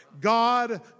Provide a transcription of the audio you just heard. God